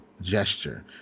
gesture